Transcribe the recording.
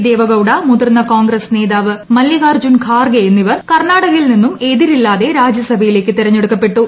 ദേവഗൌഡ മുതിർന്ന കോൺഗ്രസ് നേതാവ് മല്ലികാർജ്ജുൻ ഖാർഗെ എന്നിവർ കർണാടകയിൽ നിന്നും എതിരില്ലാതെ രാജ്യസഭയിലേയ്ക്ക് തെരഞ്ഞെടുക്കപ്പെട്ടു